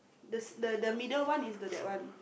the s~ the the middle one is the that one